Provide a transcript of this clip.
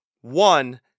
One